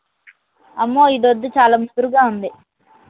అమ్మో ఇది వద్దు చాలా ముదురుగా ఉంది